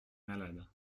malade